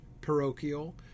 parochial